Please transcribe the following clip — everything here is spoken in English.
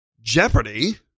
Jeopardy